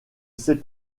ses